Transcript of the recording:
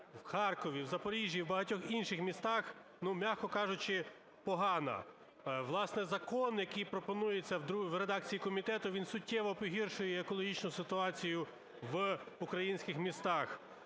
в Харкові, в Запоріжжі і в багатьох інших містах, м'яко кажучи, погана. Власне, закон, який пропонується в редакції комітету, він суттєво погіршує екологічну ситуацію в українських містах.